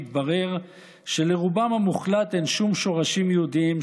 התברר שלרובם המוחלט אין שום שורשים יהודיים,